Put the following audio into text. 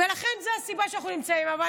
שזו הסיבה שאנחנו נמצאים פה.